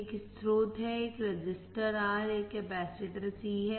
एक स्रोत है एक रजिस्टर R एक कैपेसिटर C है